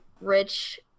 rich